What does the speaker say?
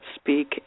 speak